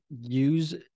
use